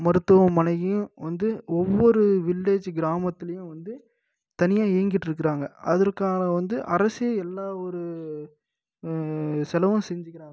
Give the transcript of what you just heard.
மருத்துவமனையும் வந்து ஒவ்வொரு வில்லேஜ் கிராமத்துலியும் வந்து தனியாக இயங்கிட்டிருக்குறாங்க அதற்கான வந்து அரசே எல்லா ஒரு செலவும் செஞ்சுக்கிறாங்க